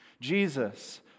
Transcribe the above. Jesus